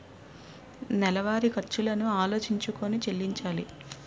నెలవారి ఖర్చులను ఆలోచించుకొని చెల్లించాలి